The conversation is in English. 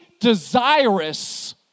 desirous